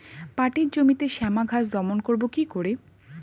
পাটের জমিতে শ্যামা ঘাস দমন করবো কি করে?